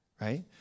Right